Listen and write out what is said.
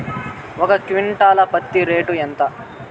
ఒక క్వింటాలు పత్తి రేటు ఎంత?